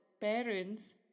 parents